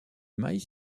maïs